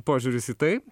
požiūris į tai